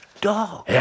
dog